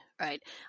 right